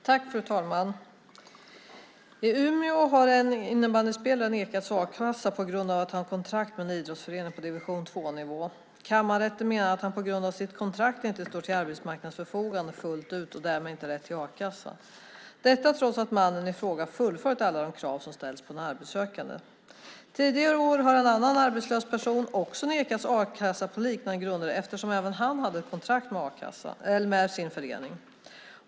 Fru talman! I Umeå har en innebandyspelare nekats a-kassa på grund av att han har kontrakt med en idrottsförening på division 2-nivå. Kammarrätten menar att han på grund av sitt kontrakt inte står till arbetsmarknadens förfogande fullt ut och därmed inte har rätt till a-kassa, detta trots att mannen fullföljt alla de krav som ställs på en arbetssökande. Tidigare år har en annan arbetslös person också nekats a-kassa på liknande grunder eftersom även han hade ett kontrakt med sin förening.